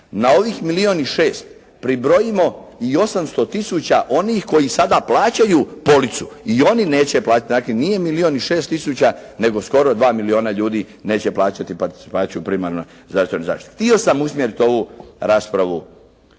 Na ovih milijun i 6 pribrojimo i 800 tisuća onih koji sada plaćaju policu, i oni neće platiti, dakle nije milijun i 6 tisuća, nego skoro 2 milijuna ljudi neće plaćati participaciju u primarnoj zdravstvenoj zaštiti. Htio sam usmjeriti ovu raspravu